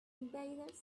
invaders